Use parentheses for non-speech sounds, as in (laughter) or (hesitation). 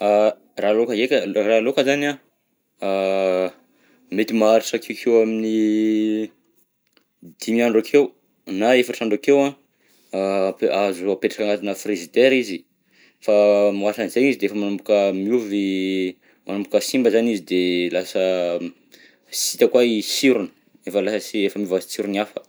(hesitation) Raha lôka ndreka, raha lôka zany an (hesitation) mety maharitra akekeo amin'ny dimy andro akeho na efatra andro akeho a ape- azo apetrahana frizidera izy, fa mihoatra an'izay izy de efa manomboka miova i, manomboka simba zany izy de lasa a (hesitation) m- sy hita koa i sirony, efa lasa i, efa miova tsirony hafa.